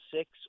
six